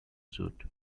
suit